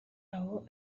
aho